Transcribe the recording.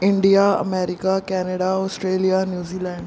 India America Canada Australia New Zealand